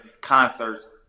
concerts